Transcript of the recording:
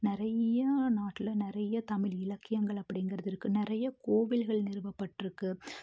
நிறையா நாட்டில் நிறையா தமிழ் இலக்கியங்கள் அப்படிங்கறது இருக்குது நிறைய கோவில்கள் நிறுவப்பட்டிருக்கு